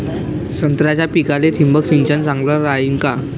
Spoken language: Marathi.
संत्र्याच्या पिकाले थिंबक सिंचन चांगलं रायीन का?